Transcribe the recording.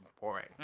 boring